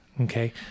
Okay